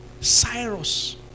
Cyrus